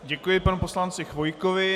Děkuji panu poslanci Chvojkovi.